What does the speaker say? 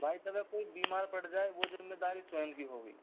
भाई साहब अगर कोई बीमार पड़ जाए वो ज़िम्मेदारी स्वयं की होगी